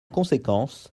conséquence